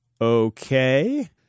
Okay